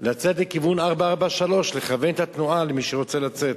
לצאת לכיוון 443, לכוון את התנועה למי שרוצה לצאת.